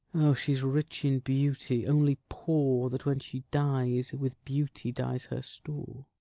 o, she's rich in beauty only poor that, when she dies, with beauty dies her store.